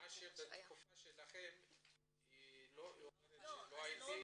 מה שבתקופה שלכם, היא אומרת שלא הייתה.